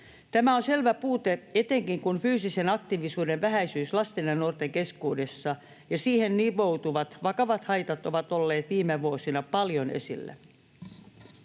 Tämä on selvä puute, etenkin, kun fyysisen aktiivisuuden vähäisyys lasten ja nuorten keskuudessa ja siihen nivoutuvat vakavat haitat ovat olleet viime vuosina paljon esillä.